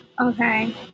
okay